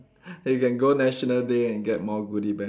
you can go national day and get more goody bag